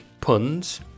puns